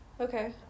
Okay